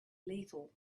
lethal